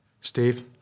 Steve